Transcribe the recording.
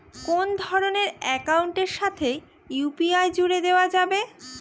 কোন ধরণের অ্যাকাউন্টের সাথে ইউ.পি.আই জুড়ে দেওয়া যাবে?